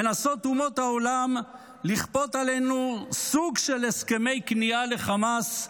מנסות אומות העולם לכפות עלינו סוג של הסכמי כניעה לחמאס,